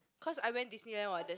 cause I went Disneyland what there